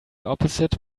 opposite